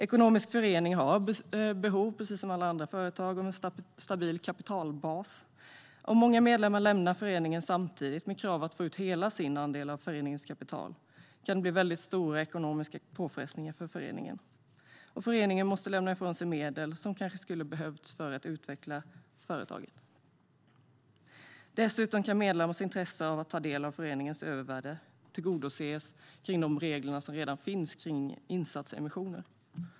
Precis som alla andra företag har ekonomiska föreningar behov av en stabil kapitalbas. Om många medlemmar lämnar föreningen samtidigt med krav att få ut hela sin andel av föreningens kapital kan det bli en stor ekonomisk påfrestning för föreningen. Föreningen måste lämna ifrån sig medel som kanske hade behövts för att utveckla företaget. Dessutom kan medlemmars intresse av att ta del av föreningens övervärde tillgodoses i de regler som redan finns för insatsemissioner.